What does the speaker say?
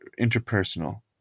interpersonal